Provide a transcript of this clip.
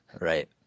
Right